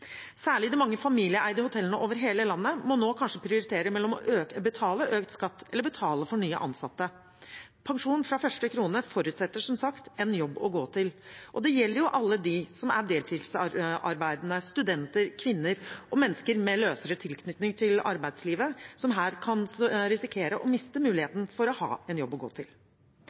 Særlig de mange familieeide hotellene over hele landet må nå kanskje prioritere mellom å betale økt skatt eller betale for nye ansatte. Pensjon fra første krone forutsetter som sagt en jobb å gå til, og det er jo alle de som er deltidsarbeidende – studenter, kvinner og mennesker med løsere tilknytning til arbeidslivet – som her kan risikere å miste muligheten for å ha en jobb å gå til.